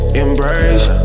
embrace